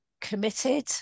committed